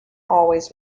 always